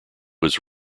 was